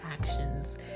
actions